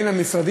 בעניין